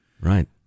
Right